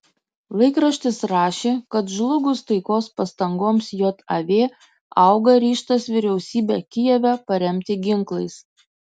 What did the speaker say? laikraštis rašė kad žlugus taikos pastangoms jav auga ryžtas vyriausybę kijeve paremti ginklais